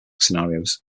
scenarios